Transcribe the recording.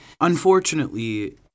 Unfortunately